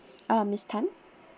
uh miss Tan